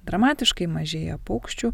dramatiškai mažėja paukščių